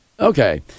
Okay